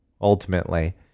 ultimately